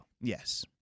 Yes